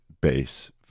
base